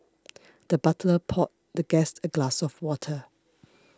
the butler poured the guest a glass of water